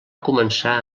començar